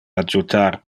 adjutar